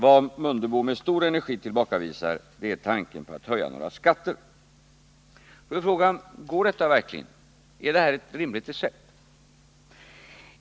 Vad herr Mundebo med stor energi tillbakavisar är tanken på en höjning av skatterna. Nu är frågan: Är detta ett rimligt recept?